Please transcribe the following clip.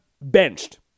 benched